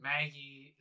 Maggie